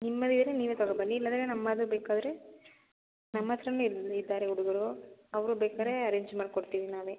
ನಿಮ್ಮಲ್ಲಿದ್ದರೆ ನೀವೇ ತಗೋಬನ್ನಿ ಇಲ್ಲಂದರೆ ನಮ್ಮಲ್ಲಿ ಬೇಕಾದರೆ ನಮ್ಮ ಹತ್ರವೂ ಇಲ್ಲಿ ಇದ್ದಾರೆ ಹುಡುಗರು ಅವರು ಬೇಕಾದ್ರೆ ಅರೇಂಜ್ ಮಾಡ್ಕೊಡ್ತೀವಿ ನಾವೇ